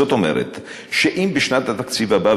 זאת אומרת שאם בשנת התקציב הבאה,